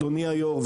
אדוני היו"ר,